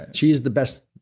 and she is the best,